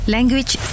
Language